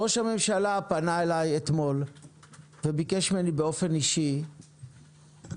ראש הממשלה פנה אלי אתמול וביקש ממני באופן אישי לחכות